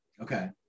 Okay